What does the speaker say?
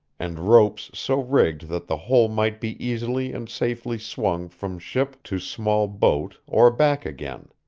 and ropes so rigged that the whole might be easily and safely swung from ship to small boat or back again.